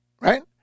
Right